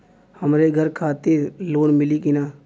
हमरे घर खातिर लोन मिली की ना?